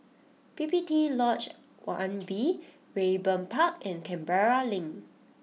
P P T Lodge one B Raeburn Park and Canberra Link